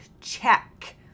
check